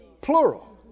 plural